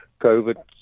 COVID